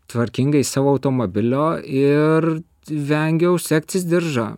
tvarkingai savo automobilio ir vengiau segtis diržą